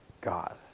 God